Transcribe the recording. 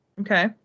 Okay